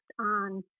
on